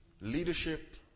leadership